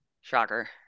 shocker